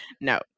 No